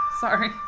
Sorry